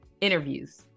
interviews